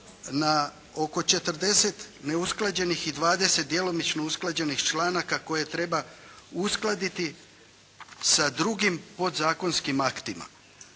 na oko 40 neusklađenih i 20 djelomično usklađenih članaka koje treba uskladiti sa drugim podzakonskim aktima